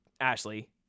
Ashley